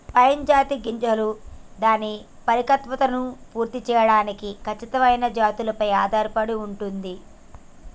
pine జాతి గింజ దాని పరిపక్వతను పూర్తి సేయడానికి ఖచ్చితమైన జాతులపై ఆధారపడి ఉంటుంది